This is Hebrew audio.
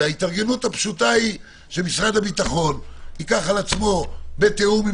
וההתארגנות הפשוטה היא שמשרד הביטחון ייקח על עצמו בתיאום עם